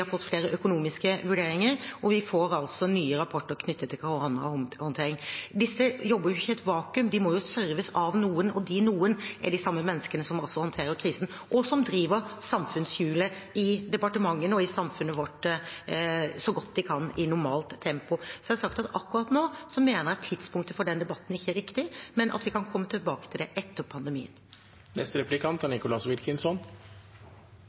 har fått flere økonomiske vurderinger, og vi får altså nye rapporter knyttet til koronahåndtering. Disse jobber ikke i et vakuum. De må serves av noen, og de «noen» er de samme menneskene som altså håndterer krisen, og som driver samfunnshjulet i departementene og i samfunnet vårt så godt de kan i normalt tempo. Jeg har sagt at akkurat nå mener jeg tidspunktet for den debatten ikke er riktig, men at vi kan komme tilbake til det etter